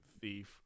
thief